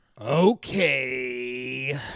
Okay